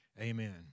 amen